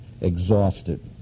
exhausted